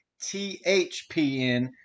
THPN